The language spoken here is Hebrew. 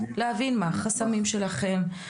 להבין מה החסמים שלכם,